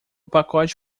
pacote